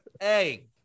hey